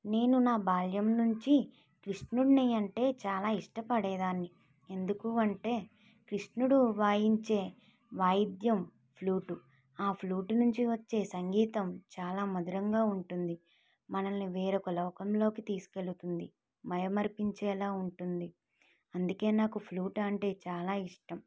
నేను నా బాల్యం నుంచి కృష్ణుడు అంటే చాలా ఇష్టపడేదాన్ని ఎందుకు అంటే కృష్ణుడు వాయించే వాయిద్యం ఫ్లూటు ఆ ఫ్లూటు నుంచి వచ్చే సంగీతం చాలా మధురంగా ఉంటుంది మనల్ని వేరొక లోకంలోకి తీసుకు వెళుతుంది మైమరపించేలాగా ఉంటుంది అందుకని నాకు ఫ్లూట్ అంటే చాలా ఇష్టం